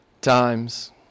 times